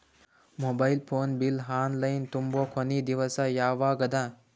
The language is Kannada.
Mobile phone bill online ತುಂಬೊ ಕೊನಿ ದಿವಸ ಯಾವಗದ?